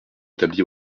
établi